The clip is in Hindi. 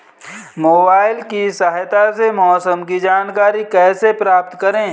मोबाइल की सहायता से मौसम की जानकारी कैसे प्राप्त करें?